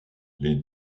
les